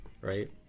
right